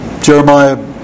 Jeremiah